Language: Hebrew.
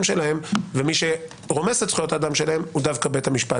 שלהם ומי שרומס את זכויות האדם שלהם הוא דווקא בית המשפט,